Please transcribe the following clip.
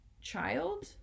child